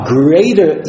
greater